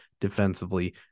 defensively